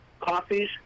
coffees